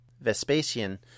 Vespasian